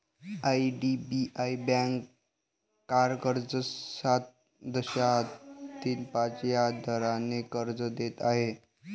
IDBI bank car कर्ज सात दशांश तीन पाच या दराने कर्ज देत आहे